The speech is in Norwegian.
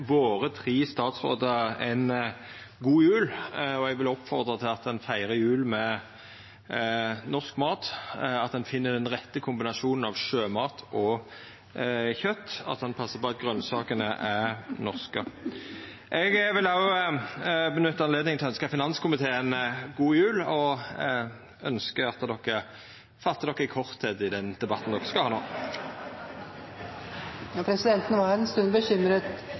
våre tre statsrådar ei god jul. Eg vil oppmoda til at ein feirar jul med norsk mat, at ein finn den rette kombinasjonen av sjømat og kjøt, og at ein passar på at grønsakene er norske. Eg vil òg nytta høvet til å ønskja finanskomiteen ei god jul og ønskjer at de fattar dykk i korthet i den debatten de no skal ha. Presidenten var en stund